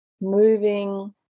moving